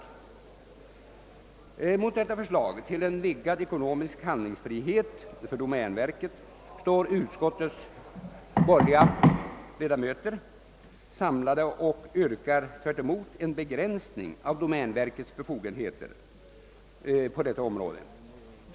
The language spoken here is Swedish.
Mot detta förslag till en vidgad ekonomisk handlingsfrihet för domänverket står utskottets borgerliga ledamöter samlade och yrkar tvärtom på en begränsning av verkets befogenheter på detta område.